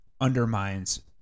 undermines